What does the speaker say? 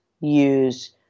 use